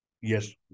yes